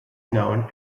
known